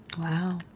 Wow